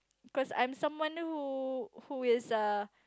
cause I'm someone who who is err